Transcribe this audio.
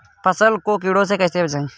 फसल को कीड़ों से कैसे बचाएँ?